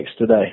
today